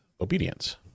obedience